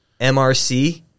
MRC